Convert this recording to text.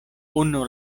unu